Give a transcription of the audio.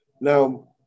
Now